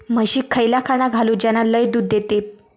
म्हशीक खयला खाणा घालू ज्याना लय दूध देतीत?